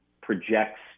projects